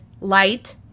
light